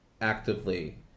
actively